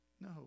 No